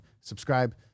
Subscribe